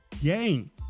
game